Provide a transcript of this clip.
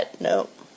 Nope